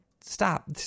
stop